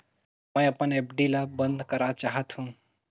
मैं अपन एफ.डी ल बंद करा चाहत हों